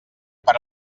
per